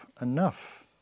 enough